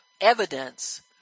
evidence